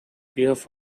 behalf